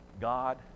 god